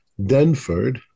Denford